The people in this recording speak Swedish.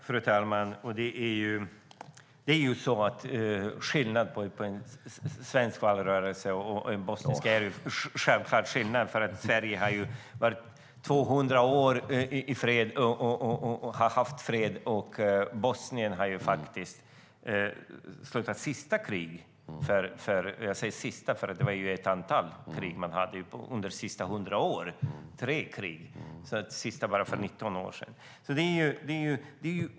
Fru talman! Det är ju självklart skillnad mellan en svensk valrörelse och en bosnisk. Sverige har ju haft fred i 200 år medan Bosnien slutade sitt sista krig - jag säger det sista, för det är tre krig som man har haft under det senaste århundradet - för bara 19 år sedan.